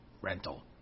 rental